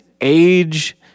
age